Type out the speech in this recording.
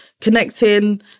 Connecting